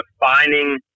defining